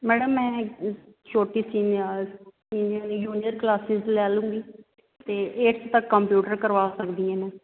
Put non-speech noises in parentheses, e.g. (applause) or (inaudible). madam ਮੈਂ ਛੋਟੀ ਸੀ ਮੈਂ ਔਰ (unintelligible) ਜੂਨੀਅਰ ਕਲਾਸਿਸ ਲੈ ਲਊਗੀ ਅਤੇ ਏਟਥ ਤੱਕ ਕੰਪਿਊਟਰ ਕਰਵਾ ਸਕਦੀ ਹਾਂ ਮੈਂ